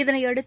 இதனையடுத்து